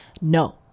No